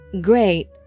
Great